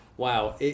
Wow